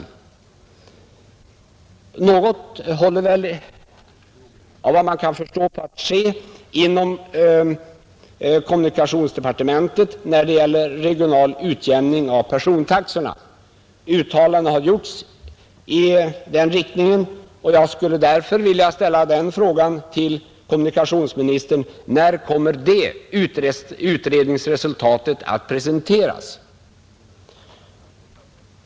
Av vad man kunnat förstå håller något på att ske inom kommunikationsdepartementet när det gäller regional utjämning av persontaxorna, Uttalanden har gjorts i den riktningen, och jag skulle därför vilja ställa följande fråga till kommunikationsministern: När kommer det utredningsresultatet att presenteras?